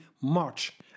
march